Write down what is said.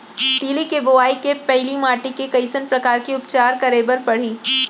तिलि के बोआई के पहिली माटी के कइसन प्रकार के उपचार करे बर परही?